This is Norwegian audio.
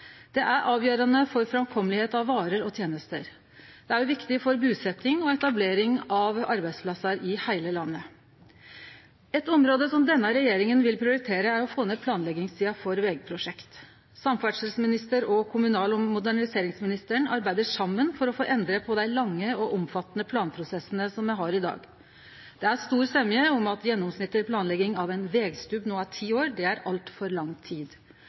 Det er avgjerande for at det skal vere framkomeleg for varer og tenester. Det er òg viktig for busetjing og etablering av arbeidsplassar i heile landet. Eit område som denne regjeringa vil prioritere, er å få ned planleggingstida for vegprosjekt. Samferdselsministeren og kommunal- og moderniseringsministeren arbeider saman for å få endra på dei lange og omfattande planprosessane som me har i dag. Det er stor semje om at det at gjennomsnittleg planleggingstid for ein vegstubb no er ti år, er altfor lang tid.